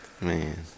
Man